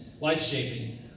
life-shaping